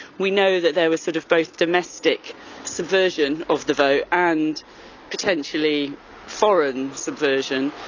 we know that there was sort of both domestic subversion of the vote and potentially foreign subversion.